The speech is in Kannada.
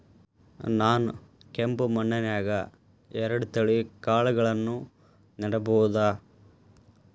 ನಾನ್ ಕೆಂಪ್ ಮಣ್ಣನ್ಯಾಗ್ ಎರಡ್ ತಳಿ ಕಾಳ್ಗಳನ್ನು ನೆಡಬೋದ?